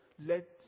let